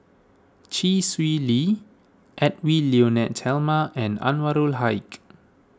Chee Swee Lee Edwy Lyonet Talma and Anwarul Haque